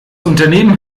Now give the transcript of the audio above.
unternehmen